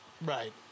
Right